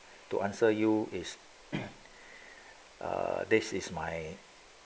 to answer you is uh this is my